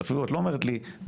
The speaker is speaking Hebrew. את אפילו לא אומרת לי מתי.